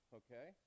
okay